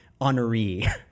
honoree